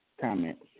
comment